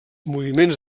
moviments